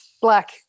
black